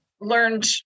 learned